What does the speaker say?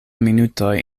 minutoj